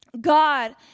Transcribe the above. God